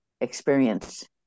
experience